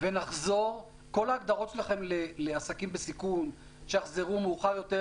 כל ההגדרות שלכם לעסקים בסיכון שיחזרו מאוחר יותר,